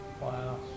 Wow